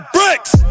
Bricks